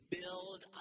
build